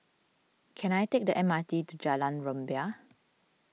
can I take the M R T to Jalan Rumbia